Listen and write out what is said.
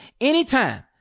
anytime